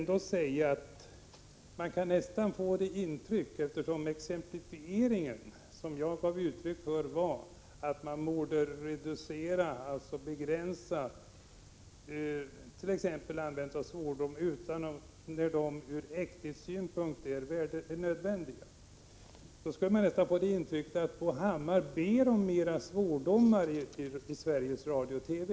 Den exemplifiering som jag gav uttryck för var att man borde reducera t.ex. användandet av svordomar förutom när de ur äkthetssynpunkt är nödvändiga. Man får nästan ett intryck av att Bo Hammar ber om mer svordomar i Sveriges Radio och TV.